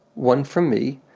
one for me,